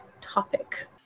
topic